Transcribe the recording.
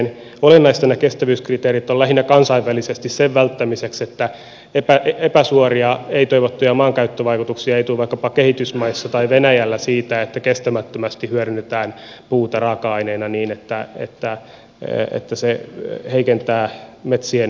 olennaisia nämä kestävyyskriteerit ovat lähinnä kansainvälisesti sen välttämiseksi että epäsuoria ei toivottuja maankäyttövaikutuksia tulisi vaikkapa kehitysmaissa tai venäjällä siitä että kestämättömästi hyödynnetään puuta raaka aineena niin että se heikentää metsien tilaa